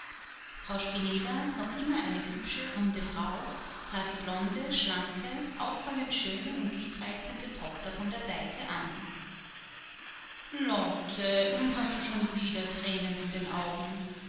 frau spineder noch immer eine hübsche runde frau sah die blonde schlanke auffallend schöne und liebreizende tochter von der seite an lotte nun hast du schon wieder tränen in den augen